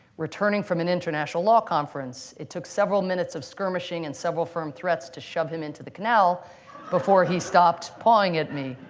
returning from an international law conference. it took several minutes of skirmishing and several firm threats to shove him into the canal before he stopped pawing at me,